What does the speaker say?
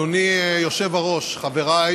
אדוני היושב-ראש, חבריי